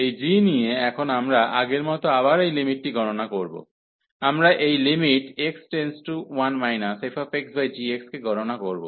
এই g নিয়ে এখন আমরা আগের মতো আবার এই লিমিটটি গণনা করব আমরা এই x→1 fxg কে গণনা করব